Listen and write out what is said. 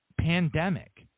Pandemic